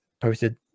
posted